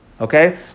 Okay